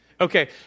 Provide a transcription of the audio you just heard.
Okay